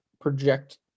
project